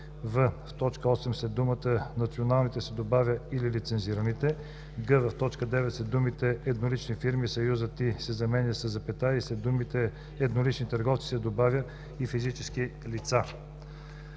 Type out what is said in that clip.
т. 8 след думата ,,националните” се добавя ,,или лицензираните“; г) в т. 9 след думите ,,еднолични фирми“ съюзът ,,и“ се заменя със запетая, а след думите ,,еднолични търговци“ се добавя ,,и физически лица“;